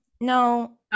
no